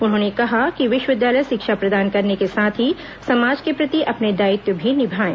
उन्होंने कहा कि विष्वविद्यालय षिक्षा प्रदान करने के साथ ही समाज के प्रति अपने दायित्व भी निभाएं